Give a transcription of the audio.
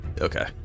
Okay